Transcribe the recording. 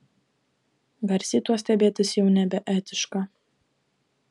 garsiai tuo stebėtis jau nebeetiška